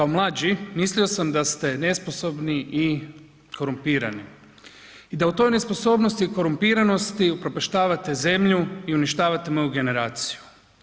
Kao mlađi mislio sam da ste nesposobni i korumpirani i da u toj nesposobnosti i korumpiranosti upropaštavate zemlju i uništavate moju generaciju.